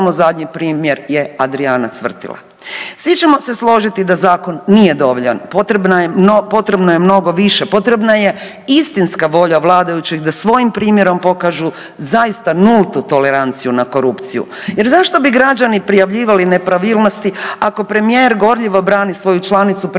samo zadnji primjer je Adrijana Cvrtila. Svi ćemo se složiti da zakon nije dovoljan, potrebno je mnogo više, potrebna je istinska volja vladajućih da svojim primjerom pokažu zaista nultu toleranciju na korupciju jer zašto bi građani prijavljivali nepravilnosti ako premijer gorljivo brani svoju članicu predsjedništva